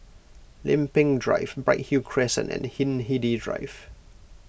Lempeng Drive Bright Hill Crescent and Hindhede Drive